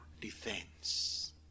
defense